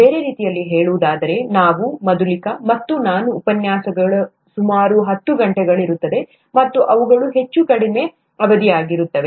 ಬೇರೆ ರೀತಿಯಲ್ಲಿ ಹೇಳುವುದಾದರೆ ನಾವು ಮಧುಲಿಕಾ ಮತ್ತು ನಾನು ಉಪನ್ಯಾಸಗಳು ಸುಮಾರು ಹತ್ತು ಗಂಟೆಗಳಿರುತ್ತದೆ ಮತ್ತು ಅವುಗಳು ಹೆಚ್ಚು ಕಡಿಮೆ ಅವಧಿಯದ್ದಾಗಿರುತ್ತವೆ